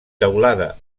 teulada